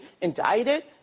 indicted